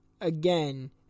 Again